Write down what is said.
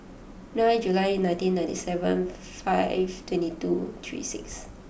nine July nineteen ninety seven five twenty two three six